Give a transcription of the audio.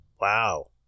wow